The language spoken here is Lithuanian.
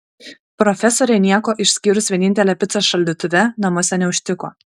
profesorė nieko išskyrus vienintelę picą šaldytuve namuose neužtiko